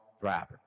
driver